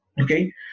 Okay